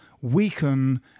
weaken